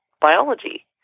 biology